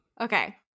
okay